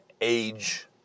age